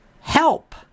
help